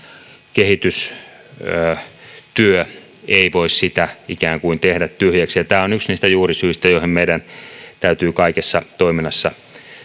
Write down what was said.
kehitystyö ei voi sitä ikään kuin tehdä tyhjäksi tämä on yksi niistä juurisyistä joihin meidän täytyy kaikessa toiminnassa